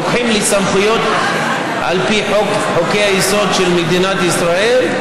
לוקחים לי סמכויות על פי חוקי-היסוד של מדינת ישראל,